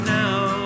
now